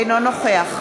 אינו נוכח